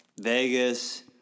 Vegas